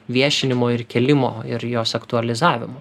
viešinimo ir kėlimo ir jos aktualizavimo